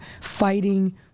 fighting